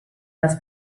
les